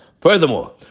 Furthermore